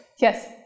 Yes